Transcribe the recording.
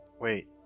wait